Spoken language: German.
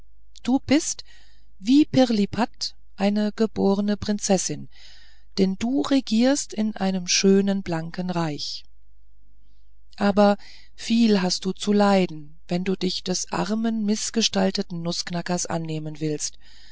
du bist wie pirlipat eine geborne prinzessin denn du regierst in einem schönen blanken reich aber viel hast du zu leiden wenn du dich des armen mißgestalteten nußknackers annehmen willst